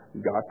got